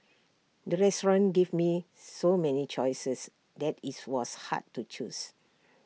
the restaurant gave me so many choices that IT was hard to choose